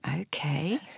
Okay